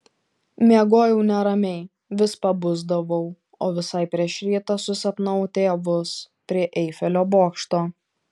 miegojau neramiai vis pabusdavau o visai prieš rytą susapnavau tėvus prie eifelio bokšto